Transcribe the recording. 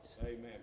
Amen